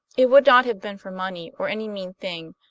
it would not have been for money or any mean thing,